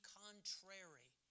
contrary